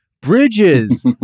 Bridges